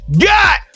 got